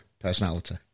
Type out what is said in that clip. personality